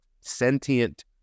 sentient